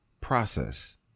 process